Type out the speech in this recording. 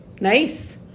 nice